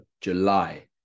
July